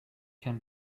can